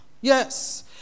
Yes